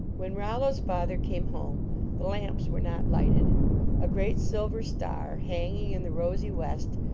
when rollu s father came home the lamps were not lighted a great silver star, hanging in the rosy west,